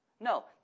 No